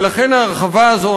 ולכן ההרחבה הזו,